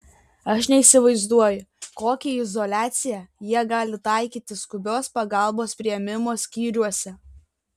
aš neįsivaizduoju kokią izoliaciją jie gali taikyti skubios pagalbos priėmimo skyriuose